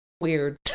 weird